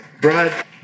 Brad